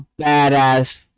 badass